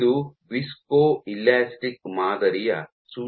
ಇದು ವಿಸ್ಕೊಲಾಸ್ಟಿಕ್ ಮಾದರಿಯ ಸೂಚನೆಯಾಗಿದೆ